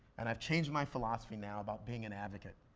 and i've changed my philosophy now about being an advocate.